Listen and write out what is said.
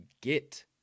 get